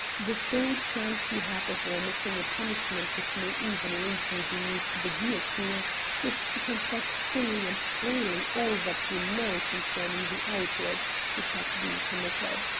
the sole chance you have of remitting a punishment which may even lead you beneath the guillotine is to confess fully and freely all that you know concerning the outrage which has been committed.